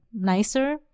nicer